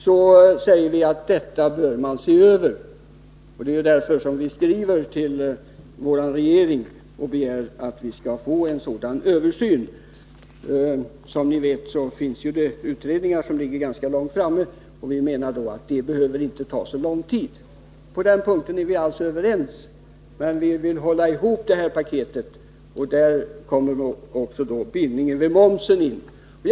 Vi säger också att man behöver se över detta, och det är ju därför som vi skriver till vår regering och begär att få en sådan översyn. Som ni vet finns det utredningar som ligger ganska långt framme, och vi menar att detta arbete inte behöver ta så lång tid. På den punkten är vi alltså överens. Men vi vill hålla ihop det här paketet, och därvidlag kommer bindningen vid momsen in i bilden.